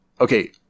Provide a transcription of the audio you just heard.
okay